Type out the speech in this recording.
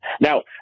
Now